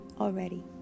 already